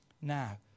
now